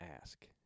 Ask